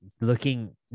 looking